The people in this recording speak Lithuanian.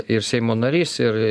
ir seimo narys ir